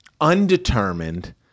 undetermined